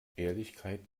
ehrlichkeit